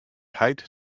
heit